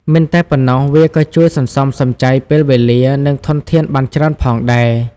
មិនតែប៉ុណ្ណោះ វាក៏ជួយសន្សំសំចៃពេលវេលា និងធនធានបានច្រើនផងដែរ។